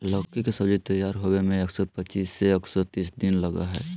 लौकी के सब्जी तैयार होबे में एक सौ पचीस से एक सौ तीस दिन लगा हइ